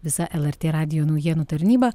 visa lrt radijo naujienų tarnyba